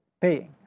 paying